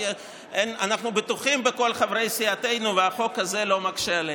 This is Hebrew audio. אנחנו בטוחים בכל חברי סיעתנו והחוק הזה לא מקשה עלינו.